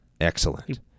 Excellent